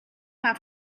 have